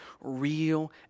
real